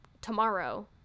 tomorrow